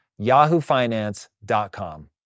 yahoofinance.com